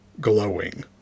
glowing